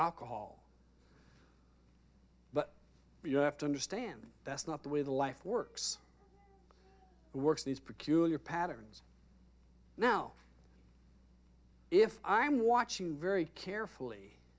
alcohol but you have to understand that's not the way the life works and works these peculiar patterns now if i'm watching very carefully